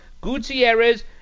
Gutierrez